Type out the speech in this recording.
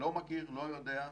לא מכיר, לא יודע.